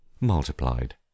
multiplied